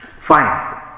Fine